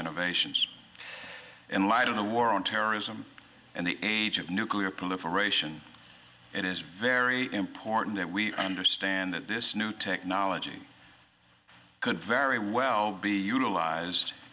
innovations in light of the war on terrorism and the age of nuclear proliferation it is very important that we understand that this new technology could very well be utilized